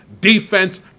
Defense